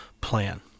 plan